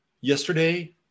Yesterday